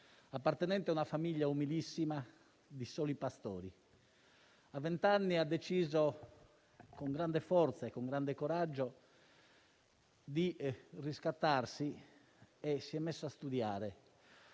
Appartenente a una famiglia umilissima di soli pastori, a vent'anni ha deciso, con grande e forza e grande coraggio, di riscattarsi e si è messo a studiare